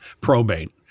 probate